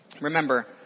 Remember